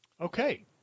Okay